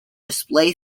display